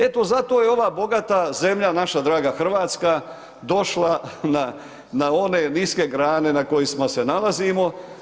Eto zato je ova bogata zemlja, naša draga Hrvatska, došla na one niske grane na koji se mi nalazimo.